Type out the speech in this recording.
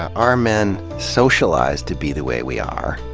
are men socia lized to be the way we are,